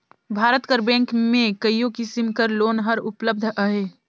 भारत कर बेंक में कइयो किसिम कर लोन हर उपलब्ध अहे